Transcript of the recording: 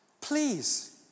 please